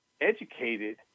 educated